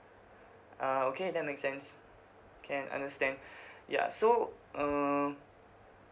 ah okay that makes sense can understand ya so err